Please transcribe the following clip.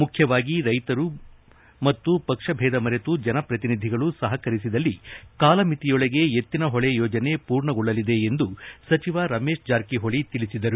ಮುಖ್ಯವಾಗಿ ರೈತರು ಮತ್ತು ಪಕ್ಷಭೇದ ಮರೆತು ಜನಪ್ರತಿನಿಧಿಗಳು ಸಹಕರಿಸಿದಲ್ಲಿ ಕಾಲಮಿತಿಯೊಳಗೆ ಎತ್ತಿನಹೊಳೆ ಯೋಜನೆ ಪೂರ್ಣಗೊಳ್ಳಲಿದೆ ಎಂದು ಸಚಿವ ರಮೇಶ್ ಜಾರಕಿಹೊಳಿ ತಿಳಿಸಿದರು